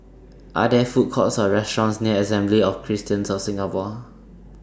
Are There Food Courts Or restaurants near Assembly of Christians of Singapore